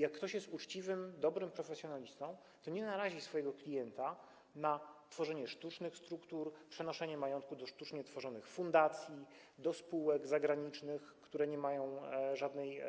Jak ktoś jest uczciwym, dobrym profesjonalistą, to nie narazi swojego klienta na tworzenie sztucznych struktur, przenoszenie majątku do sztucznie tworzonych fundacji, do spółek zagranicznych, które nie prowadzą żadnej